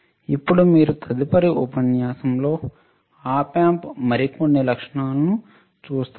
ఇప్పుడు మీరు తదుపరి ఉపన్యాసంలో Op Amp మరికొన్ని లక్షనాలను చూస్తారు